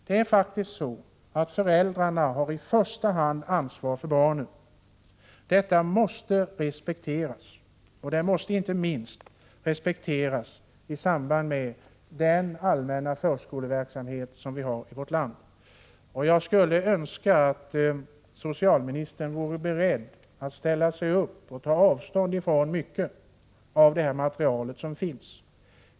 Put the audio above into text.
Det är faktiskt föräldrarna som i första hand har ansvaret för barnen. Detta måste respekteras inte minst i samband med 65 den allmänna förskoleverksamhet som vi har i vårt land. Jag skulle önska att socialministern vore beredd att ställa sig upp och ta avstånd från mycket av detta material.